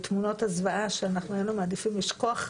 תמונות הזוועה שאנחנו היינו מעדיפים לשכוח,